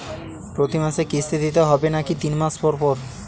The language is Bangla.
প্রতিমাসে কিস্তি দিতে হবে নাকি তিন মাস পর পর?